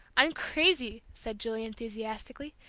i'm crazy, said julie, enthusiastically,